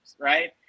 right